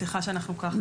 סליחה שאנחנו ככה.